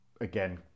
again